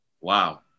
Wow